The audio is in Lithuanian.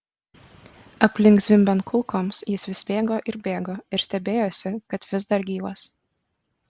aplink zvimbiant kulkoms jis vis bėgo ir bėgo ir stebėjosi kad vis dar gyvas